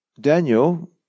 Daniel